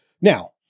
Now